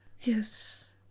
Yes